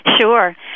Sure